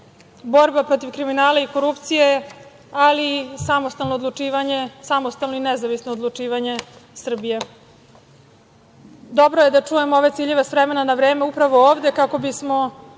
borba protiv kriminala i korupcije, ali i samostalno odlučivanje samostalno i nezavisno odlučivanje Srbije. Dobro je da čujem ove ciljeve s vremena na vreme upravo ovde kako bismo